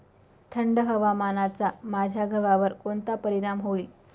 थंड हवामानाचा माझ्या गव्हावर कोणता परिणाम होईल?